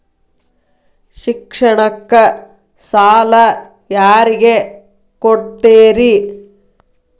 ಶಿಕ್ಷಣಕ್ಕ ಸಾಲ ಯಾರಿಗೆ ಕೊಡ್ತೇರಿ?